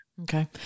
Okay